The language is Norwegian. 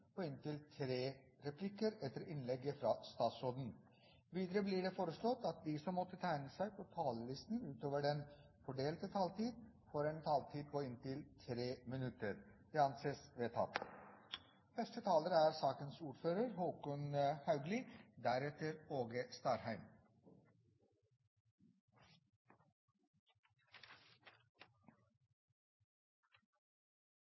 på inntil tre replikker med svar etter innlegget fra statsråden innenfor den fordelte taletid. Videre blir det foreslått at de som måtte tegne seg på talerlisten utover den fordelte taletid, får en taletid på inntil 3 minutter. – Det anses vedtatt. Det er